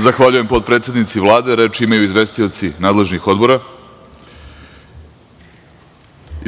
Zahvaljujem potpredsednici Vlade. Reč imaju izvestioci nadležnih odbora. Reč ima